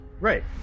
Right